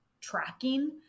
tracking